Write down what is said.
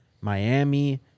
Miami